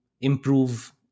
improve